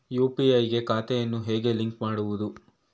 UPI ಗೆ ಖಾತೆಯನ್ನು ಹೇಗೆ ಲಿಂಕ್ ಮಾಡುವುದು?